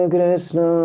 Krishna